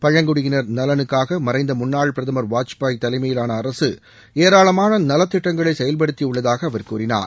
பழக்குடியினர் நலனுக்காக மறைந்த முன்னாள் பிரதமர் வாஜ்பேயி தலைமையிலான அரசு ஏராளமான நலத் திட்டங்களை செயல்படுத்தியுள்ளதாக அவர் கூறினார்